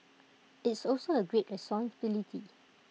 it's also A great responsibility